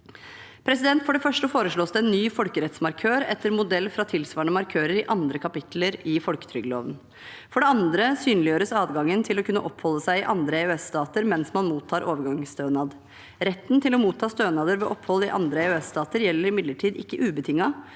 stønadene. For det første foreslås det en ny folkerettsmarkør etter modell fra tilsvarende markører i andre kapitler i folketrygdloven. For det andre synliggjøres adgangen til å kunne oppholde seg i andre EØS-stater mens man mottar overgangsstønad. Retten til å motta stønader ved opphold i andre EØS-stater gjelder imidlertid ikke ubetinget,